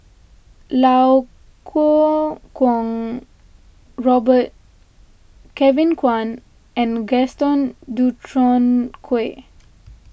Kuo Kwong Robert Kevin Kwan and Gaston Dutronquoy